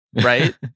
right